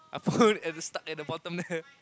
I found it at the stuck at the bottom there